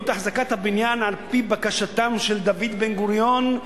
את החזקת הבניין על-פי בקשתם של דוד בן-גוריון,